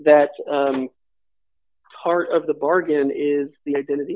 that part of the bargain is the identity